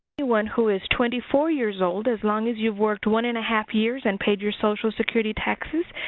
anyone who is twenty four years old, as long as you've worked one and a half years and paid your social security taxes,